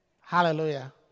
Hallelujah